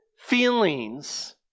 feelings